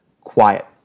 Quiet